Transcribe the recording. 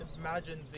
imagine